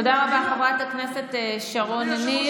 תודה רבה, חברת הכנסת שרון ניר.